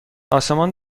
آسمان